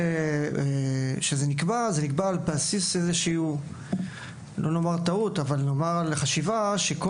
זה נקבע על בסיס איזו שהיא חשיבה שלפיה כל